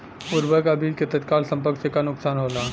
उर्वरक अ बीज के तत्काल संपर्क से का नुकसान होला?